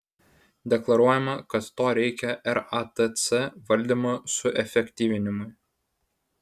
deklaruojama kad to reikia ratc valdymo suefektyvinimui